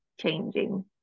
changing